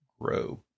grow